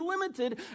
limited